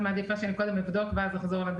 מעדיפה שאני קודם אבדוק ואז אחזור לדיון?